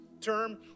term